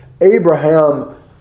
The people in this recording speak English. Abraham